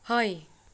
हय